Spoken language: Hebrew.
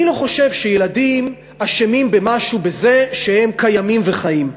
אני לא חושב שילדים אשמים במשהו בזה שהם קיימים וחיים.